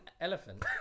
elephant